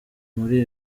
muri